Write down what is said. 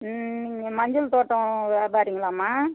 மஞ்சள் தோட்டம் வியாபாரிங்களாம்மா